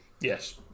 Yes